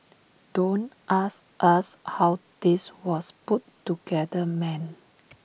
don't ask us how this was put together man